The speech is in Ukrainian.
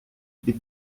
від